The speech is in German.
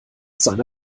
seine